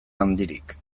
handirik